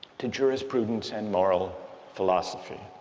to jurisprudence and moral philosophy.